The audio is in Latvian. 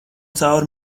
cauri